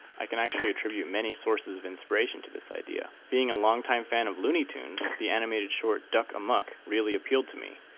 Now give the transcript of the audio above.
i can actually attribute many sources of inspiration to this idea. being a long time fan of looney tunes, the animated short duck amuck really appealed to me,